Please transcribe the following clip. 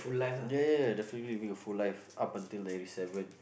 ya ya ya definitely lived a full life up until ninety seven